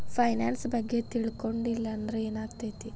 Finance ಬಗ್ಗೆ ತಿಳ್ಕೊಳಿಲ್ಲಂದ್ರ ಏನಾಗ್ತೆತಿ?